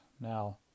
Now